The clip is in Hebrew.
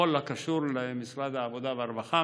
בכל הקשור למשרד העבודה והרווחה.